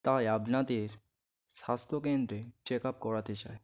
তাই আপনাদের স্বাস্থ্যকেন্দ্রে চেক আপ করাতে চাই